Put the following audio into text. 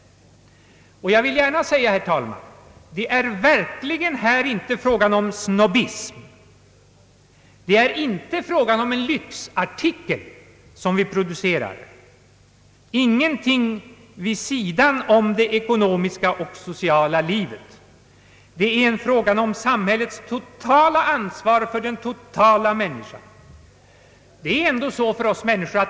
Jag vill särskilt betona, herr talman, att det här verkligen inte är fråga om någon snobbism. Det är inte fråga om att producera en lyxartikel, ingenting vid sidan om det ekonomiska och sociala livet. Det är en fråga om samhällets totala ansvar för den totala människan. Det är ändå så för oss människor, Ang.